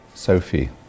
Sophie